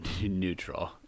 neutral